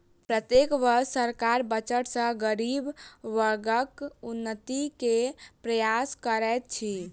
प्रत्येक वर्ष सरकार बजट सॅ गरीब वर्गक उन्नति के प्रयास करैत अछि